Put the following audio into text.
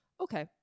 okay